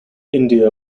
india